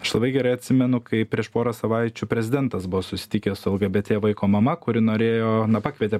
aš labai gerai atsimenu kaip prieš porą savaičių prezidentas buvo susitikęs su lgbt vaiko mama kuri norėjo pakvietė